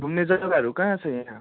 घुम्ने जग्गाहरू कहाँ छ यहाँ